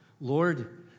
Lord